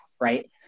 Right